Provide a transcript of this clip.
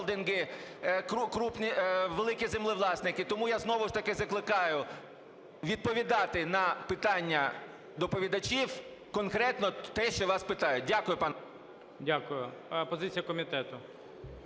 великі землевласники. Тому я знову ж таки закликаю відповідати на питання доповідачів конкретно те, що вас питають. Дякую, пан... ГОЛОВУЮЧИЙ. Дякую. Позиція комітету.